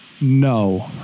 No